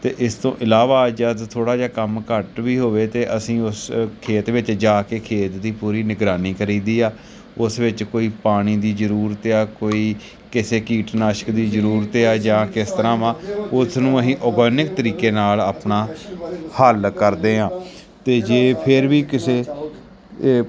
ਅਤੇ ਇਸ ਤੋਂ ਇਲਾਵਾ ਜਦ ਥੋੜ੍ਹਾ ਜਿਹਾ ਕੰਮ ਘੱਟ ਵੀ ਹੋਵੇ ਤਾਂ ਅਸੀਂ ਉਸ ਖੇਤ ਵਿੱਚ ਜਾ ਕੇ ਖੇਤ ਦੀ ਪੂਰੀ ਨਿਗਰਾਨੀ ਕਰੀਦੀ ਆ ਉਸ ਵਿੱਚ ਕੋਈ ਪਾਣੀ ਦੀ ਜ਼ਰੂਰਤ ਆ ਕੋਈ ਕਿਸੇ ਕੀਟਨਾਸ਼ਕ ਦੀ ਜ਼ਰੂਰਤ ਆ ਜਾਂ ਕਿਸੇ ਤਰ੍ਹਾਂ ਹੈ ਉਸ ਨੂੰ ਅਸੀਂ ਆਰਗੈਨਿਕ ਤਰੀਕੇ ਨਾਲ ਆਪਣਾ ਹੱਲ ਕਰਦੇ ਹਾਂ ਅਤੇ ਜੇ ਫਿਰ ਵੀ ਕਿਸੇ